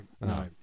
no